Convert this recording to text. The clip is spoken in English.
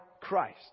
Christ